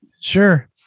Sure